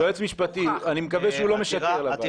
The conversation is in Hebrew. היועץ המשפטי, אני מקווה שהוא לא משקר לוועדה.